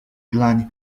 dlań